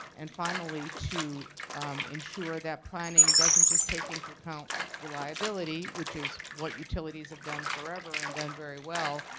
and finally to insure that planning doesn't just take into account reliability which is what utilities have done forever and done very well,